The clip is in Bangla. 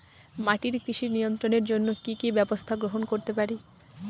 মাটির কৃমি নিয়ন্ত্রণের জন্য কি কি ব্যবস্থা গ্রহণ করতে পারি?